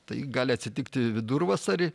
tai gali atsitikti vidurvasarį